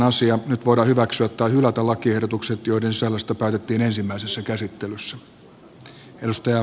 nyt voidaan hyväksyä tai hylätä lakiehdotukset joiden sisällöstä päätettiin ensimmäisessä käsittelyssä